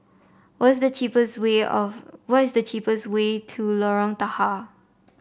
what's the cheapest way of what is the cheapest way to Lorong Tahar